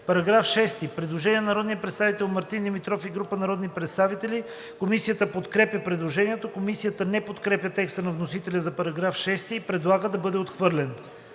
По § 3 има предложение на народния представител Мартин Димитров и група народни представители. Комисията подкрепя предложението. Комисията не подкрепя текста на вносителя за § 3 и предлага да бъде отхвърлен.